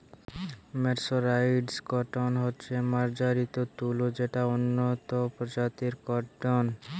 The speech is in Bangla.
মের্সরাইসড কটন হচ্ছে মার্জারিত তুলো যেটা উন্নত প্রজাতির কট্টন